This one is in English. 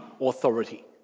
authority